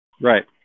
Right